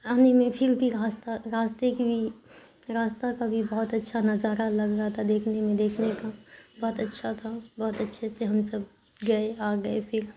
آنے میں پھر بھی راستہ راستے کی بھی راستہ کا بھی بہت اچھا نظارہ لگ رہا تھا دیکھنے میں دیکھنے کا بہت اچھا تھا بہت اچھے سے ہم سب گئے آ گئے پھر